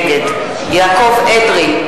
נגד יעקב אדרי,